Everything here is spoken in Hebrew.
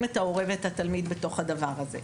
את ההורה ואת התלמיד בתוך הדבר הזה.